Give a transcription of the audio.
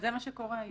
אבל זה מה שקורה היום.